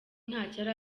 ntacyo